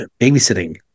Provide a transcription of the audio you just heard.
babysitting